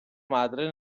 madre